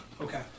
Okay